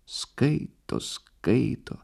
skaito skaito